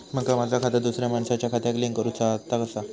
माका माझा खाता दुसऱ्या मानसाच्या खात्याक लिंक करूचा हा ता कसा?